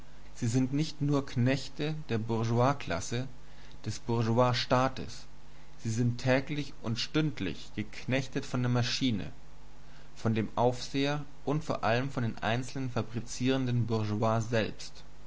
sie sind nicht nur knechte der bourgeoisie des bourgeoisstaates sie sind täglich und stündlich geknechtet von der maschine von dem aufseher und vor allem von den einzelnen fabrizierenden bourgeois selbst